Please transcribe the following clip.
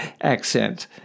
accent